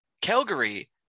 Calgary